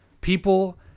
people